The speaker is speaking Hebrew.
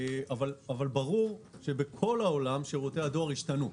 ברור שבכל העולם שירותי הדואר השתנו.